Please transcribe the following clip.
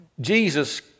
Jesus